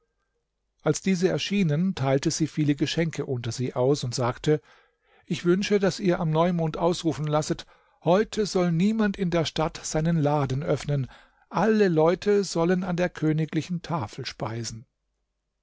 als diese erschienen teilte sie viele geschenke unter sie aus und sagte ich wünsche daß ihr am neumond ausrufen lasset heute soll niemand in der stadt seinen laden öffnen alle leute sollen an der königlichen tafel speisen